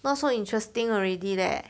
not so interesting already leh